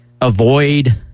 avoid